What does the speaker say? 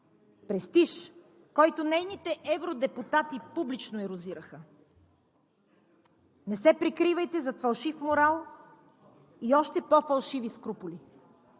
Престиж, който нейните евродепутати публично ерозираха. Не се прикривайте зад фалшив морал и още по-фалшиви скрупули!